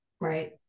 Right